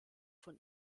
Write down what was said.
von